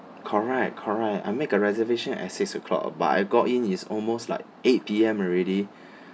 correct correct I make a reservation at six o'clock but I got in is almost like eight P_M already